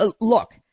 Look